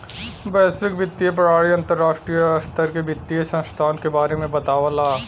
वैश्विक वित्तीय प्रणाली अंतर्राष्ट्रीय स्तर के वित्तीय संस्थान के बारे में बतावला